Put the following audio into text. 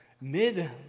Mid